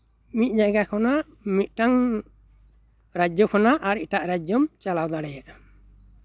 ᱢᱤᱫ ᱡᱟᱭᱜᱟ ᱠᱷᱚᱱᱟᱜ ᱢᱤᱫᱴᱟᱝ ᱨᱟᱡᱽᱡᱚ ᱠᱷᱚᱱᱟᱜ ᱟᱨ ᱮᱴᱟᱜ ᱨᱟᱡᱽᱡᱚᱢ ᱪᱟᱞᱟᱣ ᱫᱟᱲᱮᱭᱟᱜᱼᱟ